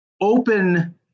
open